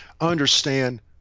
understand